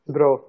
Bro